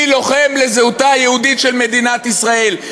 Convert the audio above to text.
מי לוחם על זהותה היהודית של מדינת ישראל?